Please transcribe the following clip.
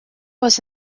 was